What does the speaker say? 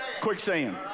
Quicksand